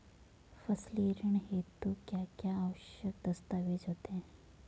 फसली ऋण हेतु क्या क्या आवश्यक दस्तावेज़ होते हैं?